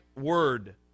word